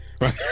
Right